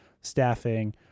staffing